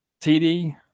TD